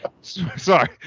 Sorry